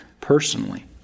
personally